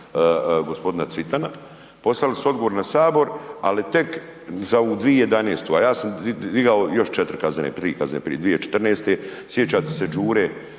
g. Cvitana, poslali su odgovor na sabor, ali tek za ovu 2011., a ja sam digao još 4 kaznene prijave, 2014., sjećate se Đure